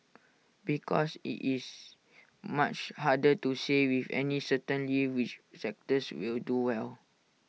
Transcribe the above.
because IT is much harder to say with any certainty which sectors will do well